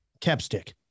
Capstick